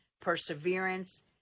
perseverance